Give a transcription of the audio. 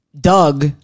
Doug